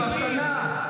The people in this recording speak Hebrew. השנה,